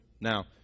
Now